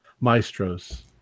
Maestros